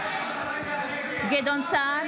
נגד גדעון סער,